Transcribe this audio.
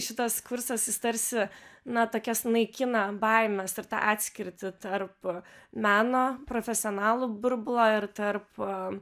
šitas kursas jis tarsi na tokias naikina baimes ir tą atskirtį tarp meno profesionalų burbulo ir tarp